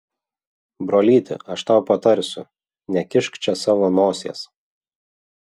brolyti aš tau patarsiu nekišk čia savo nosies